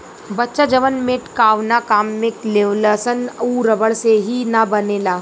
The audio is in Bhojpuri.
बच्चा जवन मेटकावना काम में लेवेलसन उ रबड़ से ही न बनेला